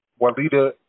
Walida